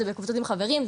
זה בקבוצות עם חברים,